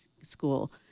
school